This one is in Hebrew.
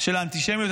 של האנטישמיות,